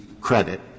credit